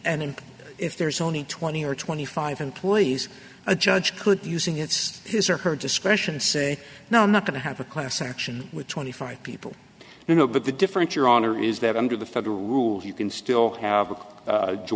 arguably and if there's only twenty or twenty five employees a judge could using it's his or her discretion say no i'm not going to have a class action with twenty five people you know but the difference your honor is that under the federal rules you can still have a joint